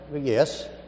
yes